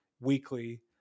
weekly